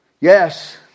Yes